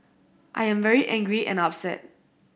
I am very angry and upset